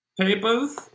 Papers